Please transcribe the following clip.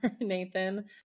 Nathan